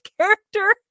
character